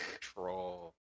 troll